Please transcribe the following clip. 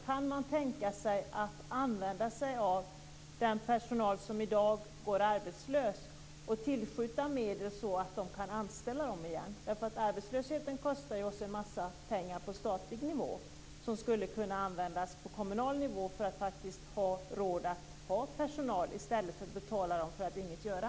Kan man tänka sig att använda den personal som i dag går arbetslös och tillskjuta medel så att de kan anställas igen? Arbetslösheten kostar oss mycket pengar på statliga nivå. De pengarna skulle kunna användas på kommunal nivå för att ge oss råd att ha personal i stället för att betala dem för att inget göra.